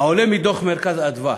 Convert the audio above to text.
העולה מדוח "מרכז אדוה".